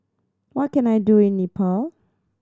what can I do in Nepal